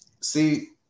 See